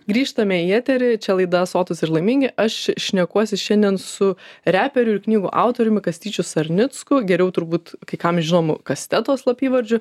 grįžtame į eterį čia laida sotus ir laimingi aš šnekuosi šiandien su reperiu ir knygų autoriumi kastyčiu sarnicku geriau turbūt kai kam žinomu kasteto slapyvardžiu